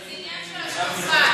זה עניין של השקפה.